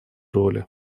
роли